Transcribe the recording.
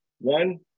One